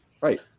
Right